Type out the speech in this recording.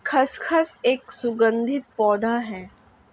खसखस एक सुगंधित पौधा है